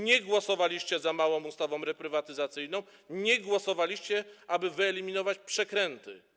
Nie głosowaliście za małą ustawą reprywatyzacyjną, nie głosowaliście za tym, żeby wyeliminować przekręty.